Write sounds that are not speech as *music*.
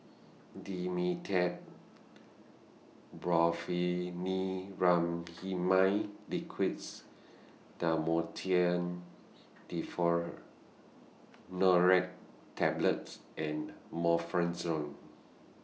Dimetapp Brompheniramine Liquid's Dhamotil *unintelligible* Tablets and Omeprazole